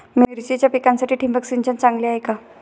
मिरचीच्या पिकासाठी ठिबक सिंचन चांगले आहे का?